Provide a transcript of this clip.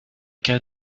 cas